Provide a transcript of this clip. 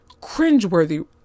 cringeworthy